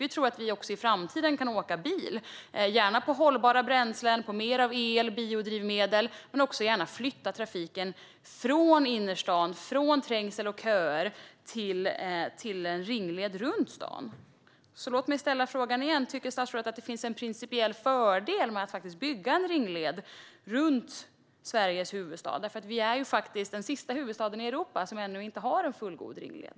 Vi tror att vi också i framtiden kan åka bil, gärna med hållbara bränslen och mer av el och biodrivmedel. Man kan också gärna flytta trafiken från innerstaden, från trängsel och köer, till en ringled runt stan. Låt mig ställa frågan igen: Tycker statsrådet att det finns en principiell fördel med att bygga en ringled runt Sveriges huvudstad? Det är faktiskt den enda huvudstaden i Europa som ännu inte har en fullgod ringled.